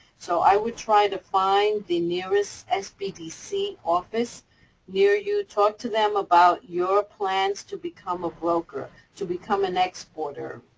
so i would try to find the nearest and spdc office near you. talk to them about your plans to become a broker, to become and exporter.